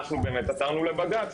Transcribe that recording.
ואנחנו באמת עתרנו לבג"צ.